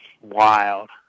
wild